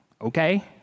okay